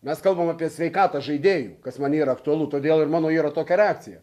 mes kalbam apie sveikatą žaidėjų kas man yra aktualu todėl ir mano yra tokia reakcija